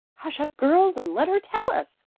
hush up, girls, and let her tell us!